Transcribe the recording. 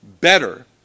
better